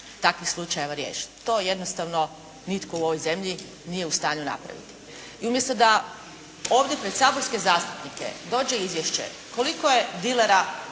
takvih slučajeva riješiti. To je jednostavno nitko u ovoj zemlji nije u stanju napraviti. I umjesto da ovdje pred saborske zastupnike dođe izvješće koliko je dilera